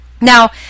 Now